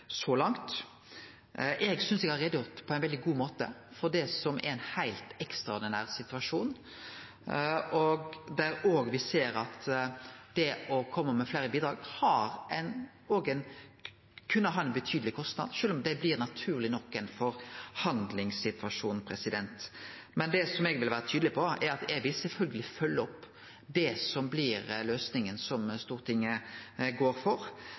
for det som er ein heilt ekstraordinær situasjon, der me òg ser at det å kome med fleire bidrag kan ha ein betydeleg kostnad, sjølv om det naturleg nok blir ein forhandlingssituasjon. Men det som eg vil vere tydeleg på, er at eg sjølvsagt vil følgje opp det som blir løysinga som Stortinget går for.